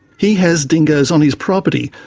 he has dingoes on his property,